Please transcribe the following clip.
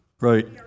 Right